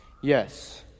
Yes